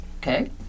Okay